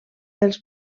dels